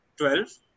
12